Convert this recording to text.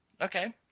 Okay